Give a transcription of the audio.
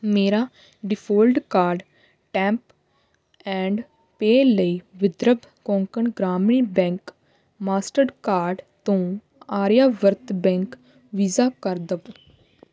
ਮੇਰਾ default card tap and pay ਲਈ Vidarbha Konkan Gramin bank Mastercard ਤੋਂ ਆਰਿਆਵਰਤ ਬੈਂਕ ਵੀਜ਼ਾ ਕਰ ਦੇਵੋ